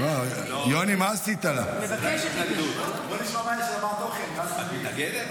היא מבקשת, בואו נשמע מה התוכן, ואז נחליט.